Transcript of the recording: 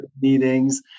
meetings